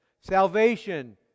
Salvation